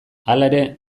halere